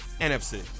NFC